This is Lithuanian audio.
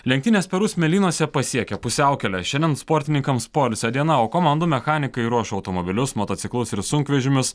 lenktynės peru smėlynuose pasiekė pusiaukelę šiandien sportininkams poilsio diena o komandų mechanikai ruoš automobilius motociklus ir sunkvežimius